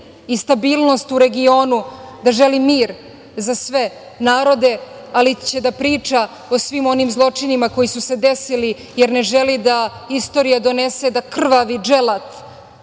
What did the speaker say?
i stabilnost u regionu, da želi mir za sve narode, ali će da priča o svim onim zločinima koji su se desili, jer ne želi da istorija donese da krvavi dželat